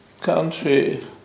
country